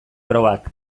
probak